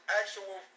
actual